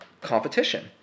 competition